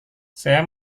saya